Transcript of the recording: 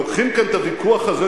לוקחים כאן את הוויכוח הזה,